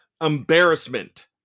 Embarrassment